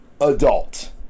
adult